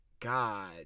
God